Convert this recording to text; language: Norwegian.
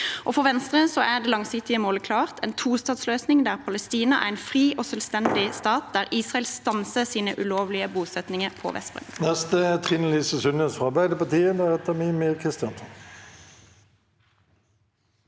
For Venstre er det langsiktige målet klart: en tostatsløsning der Palestina er en fri og selvstendig stat, og der Israel stanser sine ulovlige bosettinger på Vestbredden.